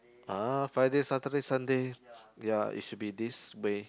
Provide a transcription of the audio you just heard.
ah Friday Saturday Sunday ya it should be this way